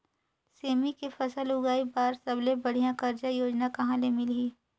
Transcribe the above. सेमी के फसल उगाई बार सबले बढ़िया कर्जा योजना कहा ले मिलही?